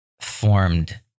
formed